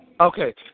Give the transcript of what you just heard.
Okay